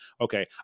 okay